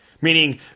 meaning